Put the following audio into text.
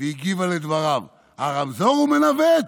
והגיבה לדבריו: הרמזור הוא מנווט?